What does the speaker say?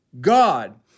God